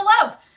love